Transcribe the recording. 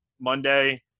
Monday